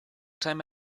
time